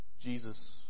Jesus